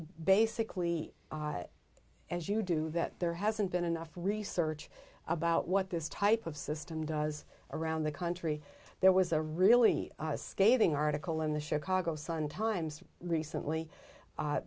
basically as you do that there hasn't been enough research about what this type of system does around the country there was a really scathing article in the chicago sun times recently